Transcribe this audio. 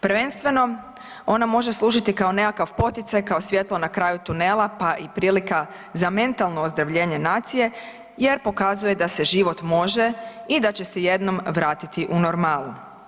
Prvenstveno ona može služiti kao nekakav poticaj kao svjetlo na kraju tunela, pa i prilika za mentalno ozdravljenje nacije jer pokazuje da se život može i da će se jednom vratiti u normalu.